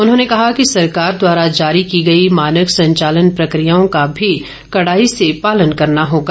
उन्होंने कहा कि सरकार द्वारा जारी की गई मानक संचालन प्रकियाओं का भी कड़ाई से पालन करना होगा